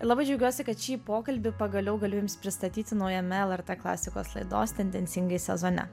labai džiaugiuosi kad šį pokalbį pagaliau galiu jums pristatyti naujame lrt klasikos laidos tendencingai sezone